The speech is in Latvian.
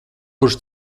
kurš